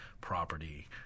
property